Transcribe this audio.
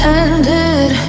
ended